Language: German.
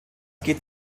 geht